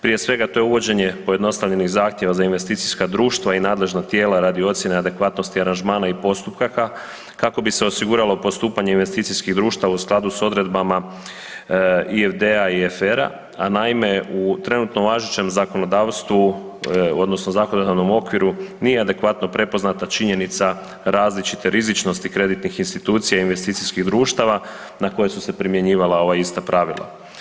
Prije svega, to je uvođenje pojednostavljenih zahtjeva za investicijska društva i nadležna tijela radi ocjene adekvatnosti aranžmana i postupaka kako bi se osiguralo postupanje investicijskih društava u skladu s odredbama IFD-a i FR-a, a naime, u trenutno važećem zakonodavstvu odnosno zakonodavnom okviru nije adekvatno prepoznata činjenica različite rizičnosti kreditnih institucija i investicijskih društava na koje su se primjenjivala ova ista pravila.